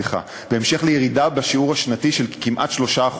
בהמשך לירידה בשיעור השנתי של כמעט 3%